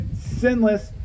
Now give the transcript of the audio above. sinless